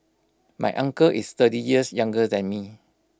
my uncle is thirty years younger than me